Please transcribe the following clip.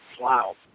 Wow